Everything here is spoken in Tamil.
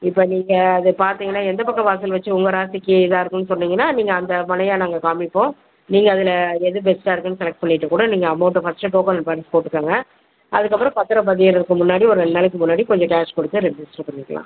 இப்போ நீங்கள் அது பார்த்தீங்கன்னா எந்த பக்கம் வாசல் வச்சு உங்கள் ராசிக்கு இதாக்குன்னு சொன்னிங்கன்னா நீங்கள் அந்த மனையாக நாங்கள் காமிப்போம் நீங்கள் அதில் எது பெஸ்டாக இருக்குன்ன செலக்ட் பண்ணிகிட்டு கூட நீங்கள் அமெளண்ட் ஃபஸ்ட்டு டோக்கன் அட்வான்ஸ் போட்டுருக்கங்க அதுக்கப்புறம் பத்திர பதியிறதுக்கு முன்னாடி ரெண்டு நாளைக்கு முன்னாடி கொஞ்சம் கேஷ் கொடுத்து ரிஜிஸ்டர் பண்ணிக்கலாம்